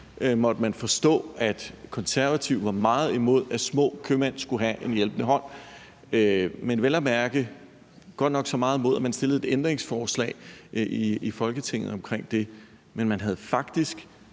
måtte man forstå, at Konservative var meget imod, at små købmænd skulle have en hjælpende hånd, vel at mærke så meget imod det, at man stillede et ændringsforslag i Folketinget omkring det. Men man havde faktisk